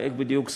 איך בדיוק סופרים,